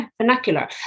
vernacular